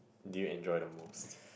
do you enjoy the most